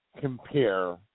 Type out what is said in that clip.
compare